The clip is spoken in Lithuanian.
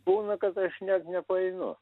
būna kad aš net nepaeinu